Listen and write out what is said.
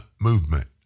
movement